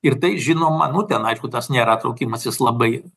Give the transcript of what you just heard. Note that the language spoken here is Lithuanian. ir tai žinoma nu ten aišku tas nėra traukimasis labai